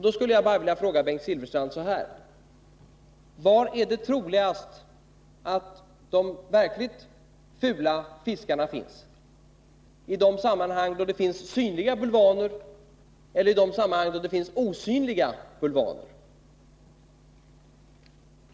Då skulle jag bara vilja fråga Bengt Silfverstrand: Var är det troligast att de verkligt fula fiskarna finns — i de sammanhang där det finns synliga bulvaner eller i de sammanhang där det finns osynliga bulvaner?